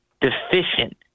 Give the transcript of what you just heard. deficient